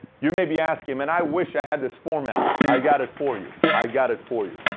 you may be asking, man, i wish i had this format. i got it for you. i got it for you.